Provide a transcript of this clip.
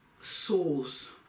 souls